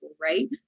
right